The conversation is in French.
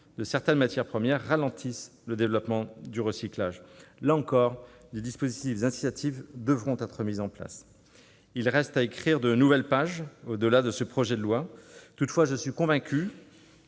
de certaines matières premières, ralentissent le développement du recyclage. Là encore, des dispositifs incitatifs devront être mis en place. Il reste à écrire de nouvelles pages au-delà de ce projet de loi. Toutefois, je suis convaincu